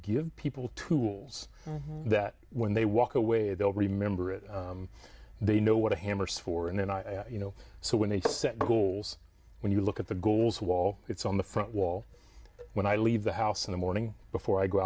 give people tools that when they walk away they'll remember it they know what a hammer so for and then i you know so when they set goals when you look at the goals wall it's on the front wall when i leave the house in the morning before i go